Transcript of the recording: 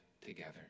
together